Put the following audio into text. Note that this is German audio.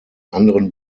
anderen